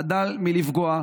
חדל מלפגוע,